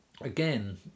again